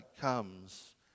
comes